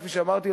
כפי שאמרתי,